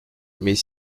mais